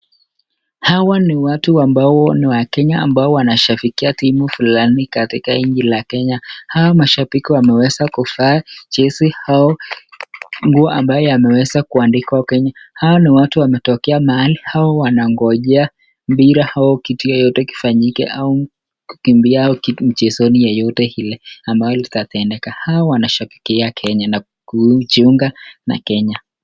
Hawa ni watu ambao ni Wakenya ambao wanashabikia timu fulani katika nchi la Kenya. Hawa mashabiki wameweza kuvaa jezi au nguo ambayo ameweza kuandikwa Kenya. Hawa ni watu wametokea mahali. Hao wanangojea mpira au kitu yeyote kifanyike au kukimbia mchezo ni yoyote ile ambayo ulitendeka. Hao wanashabikia Kenya na kujiunga na Kenya.